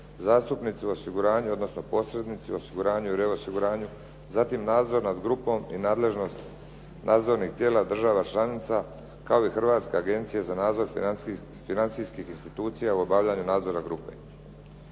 zastupnici u osiguranju odnosno posrednici u osiguranju i reosiguranju. Zatim, nadzor nad grupom i nadležnost nadzornih tijela država članica kao i Hrvatske agencije za nadzor financijskih institucija u obavljanju nadzora grupe.